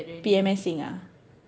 P_M_Sing ah